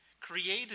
created